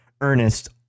Ernest